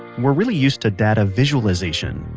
we're really used to data visualization,